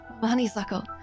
Honeysuckle